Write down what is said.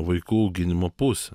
vaikų auginimo pusę